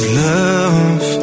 love